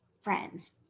friends